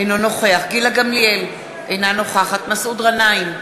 אינו נוכח גילה גמליאל, אינה נוכחת מסעוד גנאים,